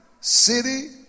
city